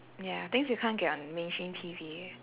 ya things you can't get on mainstream T_V